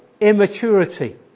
immaturity